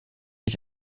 ich